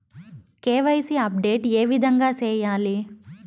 KYC update ఏ విధంగా సేయాలి?